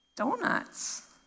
Donuts